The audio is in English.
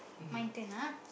my turn ah